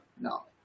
No